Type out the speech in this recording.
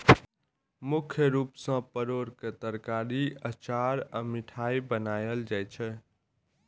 मुख्य रूप सं परोर के तरकारी, अचार आ मिठाइ बनायल जाइ छै